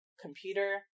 computer